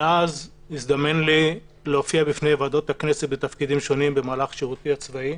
מאז הזדמן לי להופיע בוועדות הכנסת בתפקידים שונים במהלך שירותי הצבאי.